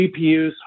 GPUs